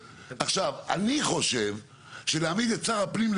אם לא פנית, לא ביקשת, לא עשית, לא זה,